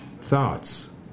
thoughts